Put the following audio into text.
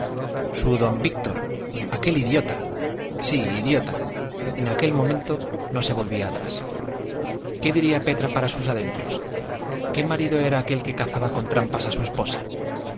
su don víctor aquel idiota sí idiota en aquel momento no se volvía atrás qué diría petra para sus adentros qué marido era aquel que cazaba con trampa a su esposa